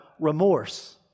remorse